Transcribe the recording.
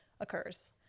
occurs